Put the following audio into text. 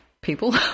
people